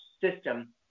system